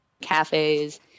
cafes